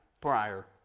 prior